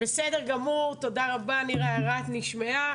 בסדר גמור, תודה רבה נירה, הערתך נשמעה.